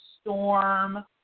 Storm